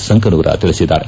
ಸಂಕನೂರ ತಿಳಿಸಿದ್ದಾರೆ